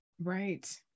Right